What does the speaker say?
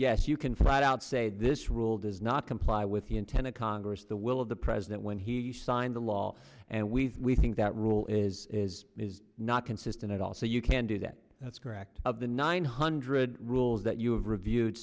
yes you can flat out say this rule does not comply with the intent of congress the will of the president when he signed the law and we we think that rule is is is not consistent at all so you can do that that's correct of the nine hundred rules that you have reviewed